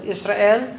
Israel